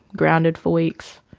grounded for weeks,